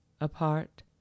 apart